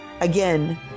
Again